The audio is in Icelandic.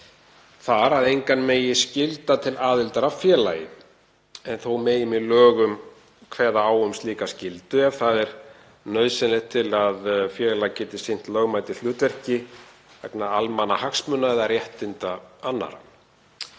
þar að engan megi skylda til aðildar að félagi en þó megi með lögum kveða á um slíka skyldu ef það er nauðsynlegt til að félag geti sinnt lögmætu hlutverki vegna almannahagsmuna eða réttinda annarra.